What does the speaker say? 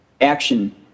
action